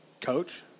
coach